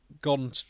gone